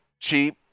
Cheap